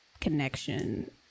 connection